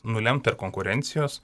nulemta ir konkurencijos